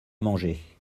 manger